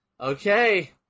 okay